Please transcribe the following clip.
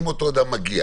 אם אותו אדם מגיע